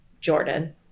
jordan